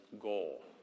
goal